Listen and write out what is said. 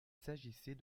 s’agissait